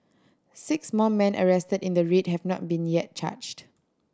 six more men arrested in the raid have not been yet charged